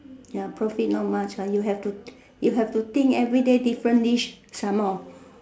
ya profit not much ah you have to you have to think everyday different dish some more